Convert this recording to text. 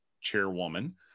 chairwoman